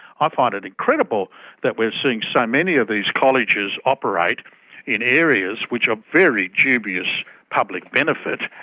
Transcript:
i find it incredible that we're seeing so many of these colleges operate in areas which are very dubious public benefit.